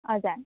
हजुर